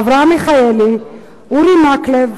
אברהם מיכאלי, אורי מקלב,